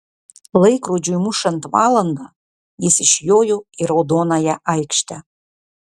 laikrodžiui mušant valandą jis išjojo į raudonąją aikštę